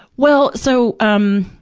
well, so, um,